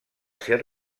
ser